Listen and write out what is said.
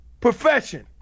profession